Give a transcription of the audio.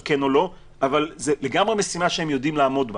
אבל זו לגמרי משימה שהם יודעים לעמוד בה.